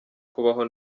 kubaho